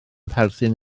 perthyn